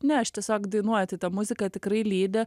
ne aš tiesiog dainuoju tai ta muzika tikrai lydi